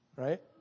Right